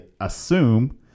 assume